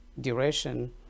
duration